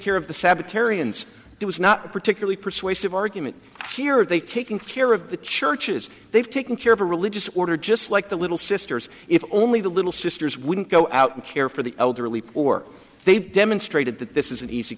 and it was not a particularly persuasive argument here are they taking care of the churches they've taken care of a religious order just like the little sisters if only the little sisters wouldn't go out and care for the elderly or they've demonstrated that this is an easy